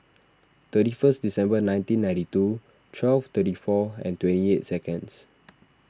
thirty first December nineteen ninety two twelve thirty four and twenty eight seconds